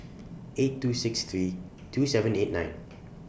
eight two six three two seven eight nine